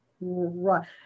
Right